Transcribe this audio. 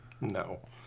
No